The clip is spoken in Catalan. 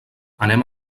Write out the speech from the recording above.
anem